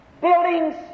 buildings